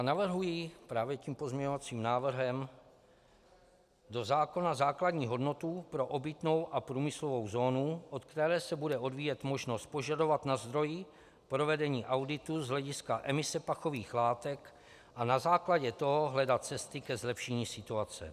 Navrhuji právě tím pozměňovacím návrhem do zákona základní hodnotu pro obytnou a průmyslovou zónu, od které se bude odvíjet možnost požadovat na zdroji provedení auditu z hlediska emise pachových látek a na základě toho hledat cesty ke zlepšení situace.